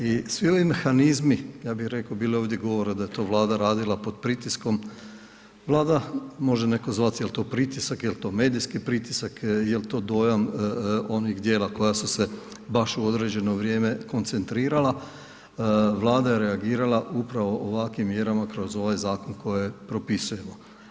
I svi ovi mehanizmi, ja bih rekao, bilo je ovdje govorila da je to Vlada radila pod pritiskom, Vlada može netko zvati, je li to pritisak, je li to medijski pritisak, je li to dojam onih djela koja su se baš u određeno vrijeme koncentrirala, Vlada je reagirala upravo ovakvim mjerama kroz ovaj zakon koji propisujemo.